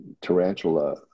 tarantula